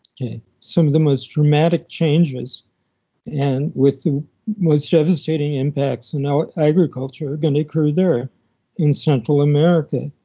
some of the most dramatic changes and with the most devastating impacts in our agriculture are going to occur there in central america.